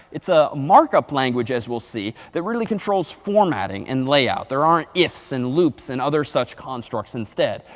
it's a markup language, as we'll see, that really controls formatting and layout. there aren't ifs and loops and other such constructs instead.